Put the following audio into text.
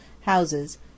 houses